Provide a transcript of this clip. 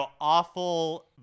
awful